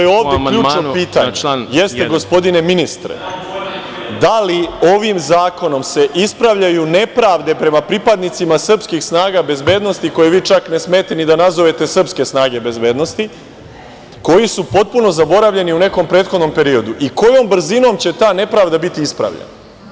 Dakle, ono što je ovde ključno pitanje, gospodine ministre, jeste da li ovim zakonom se ispravljaju nepravde prema pripadnicima srpskih snaga bezbednosti, koje vi čak ne smete ni da nazovete srpske snage bezbednosti, koji su potpuno zaboravljeni u nekom prethodnom periodu i kojom brzinom će ta nepravda biti ispravljena?